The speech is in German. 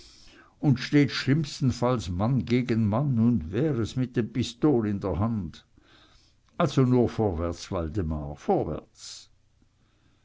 und steht schlimmstenfalls mann gegen mann und wär es mit dem pistol in der hand also nur vorwärts waldemar vorwärts